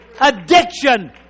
addiction